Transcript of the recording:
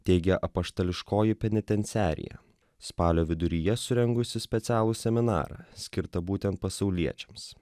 teigia apaštališkoji penitenciarija spalio viduryje surengusi specialų seminarą skirtą būtent pasauliečiams